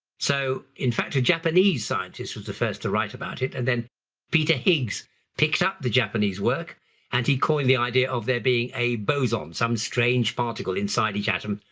so in fact a japanese scientist was the first to write about it and then peter higgs picked up the japanese work and he coined the idea of there being a boson, some strange particle inside each atom,